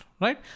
Right